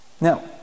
Now